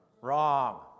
Wrong